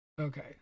Okay